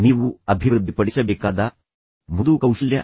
ನೀವು ಅಭಿವೃದ್ಧಿಪಡಿಸಬೇಕಾದ ಮೃದು ಕೌಶಲ್ಯ